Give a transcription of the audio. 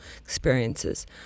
experiences